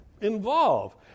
involve